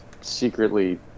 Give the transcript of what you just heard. secretly